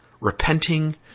repenting